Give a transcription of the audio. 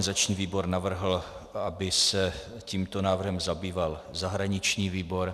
Organizační výbor navrhl, aby se tímto návrhem zabýval zahraniční výbor.